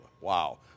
wow